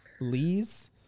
Lee's